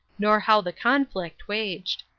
nor how the conflict waged.